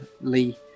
Lee